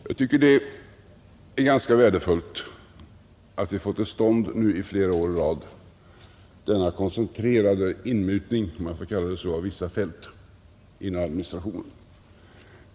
Jag tycker det är ganska värdefullt att vi nu flera år i rad har fått till stånd denna koncentrerade inmutning — om jag får kalla det så — av vissa fält inom administrationen.